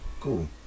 cool